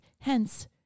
Hence